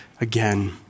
again